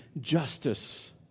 justice